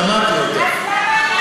שבוע הבא תהיה,